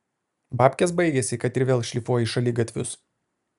babkės baigėsi kad ir vėl šlifuoji šaligatvius